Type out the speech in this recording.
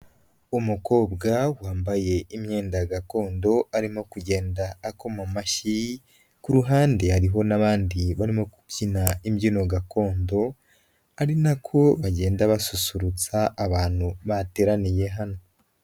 Umukobwa wambaye imyenda gakondo arimo kugenda akoma amashyi, ku ruhande hariho n'abandi barimo kubyina imbyino gakondo, ari na ko bagenda basusurutsa abantu bateraniye hano.